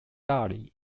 dari